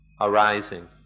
arising